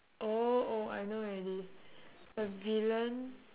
orh oh I know already the villain